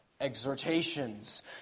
exhortations